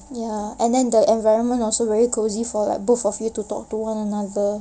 ya and then the environment also very cosy for both of you to talk to one another